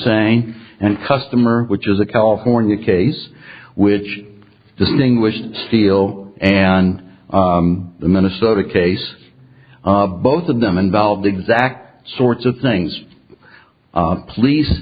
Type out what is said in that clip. saying and customer which is a california case which distinguished seal and the minnesota case both of them involved exact sorts of things please